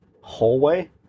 hallway